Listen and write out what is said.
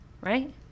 right